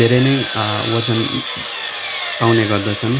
धेरै नै ओजन पाउने गर्दछन्